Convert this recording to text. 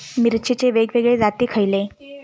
मिरचीचे वेगवेगळे जाती खयले?